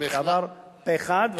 וזה עבר פה אחד.